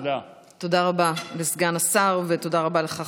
תודה רבה לסגן השר ותודה רבה לך,